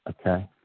Okay